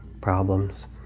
problems